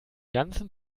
ganzen